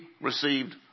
received